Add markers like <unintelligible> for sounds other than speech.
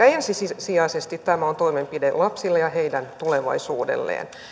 <unintelligible> ensisijaisesti tämä on toimenpide lapsille ja heidän tulevaisuudelleen